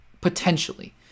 potentially